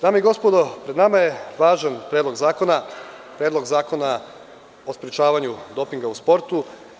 Dame i gospodo narodni poslanici, pred nama je važan predlog zakona, Predlog zakona o sprečavanju dopinga u sportu.